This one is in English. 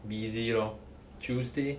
busy lor tuesday